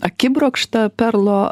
akibrokštą perlo